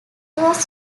was